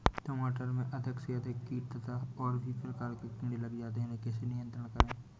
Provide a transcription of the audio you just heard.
टमाटर में अधिक से अधिक कीट तथा और भी प्रकार के कीड़े लग जाते हैं इन्हें कैसे नियंत्रण करें?